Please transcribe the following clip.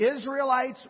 israelites